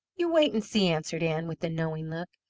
you wait and see, answered ann, with a knowing look.